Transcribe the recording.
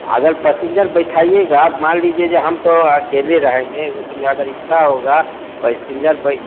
अगर पसिंजर बैठाइएगा मान लीजिए जो हम तो अकेले रहेंगे उसमे अगर इच्छा होगी पैसिंजर बैठ